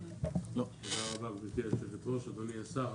גברתי היושבת-ראש, אדוני השר,